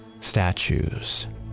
statues